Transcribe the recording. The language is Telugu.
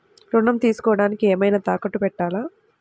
ఋణం తీసుకొనుటానికి ఏమైనా తాకట్టు పెట్టాలా?